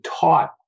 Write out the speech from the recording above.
taught